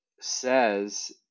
says